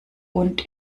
und